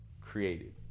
created